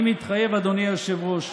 אני מתחייב, אדוני היושב-ראש,